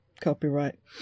copyright